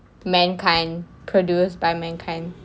mankind produced by mankind